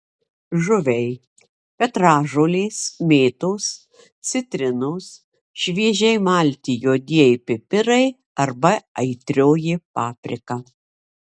žuviai petražolės mėtos citrinos šviežiai malti juodieji pipirai arba aitrioji paprika